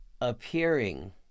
appearing